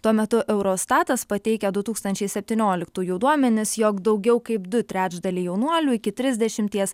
tuo metu eurostatas pateikia du tūkstančiai septynioliktųjų duomenis jog daugiau kaip du trečdaliai jaunuolių iki trisdešimties